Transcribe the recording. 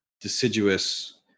deciduous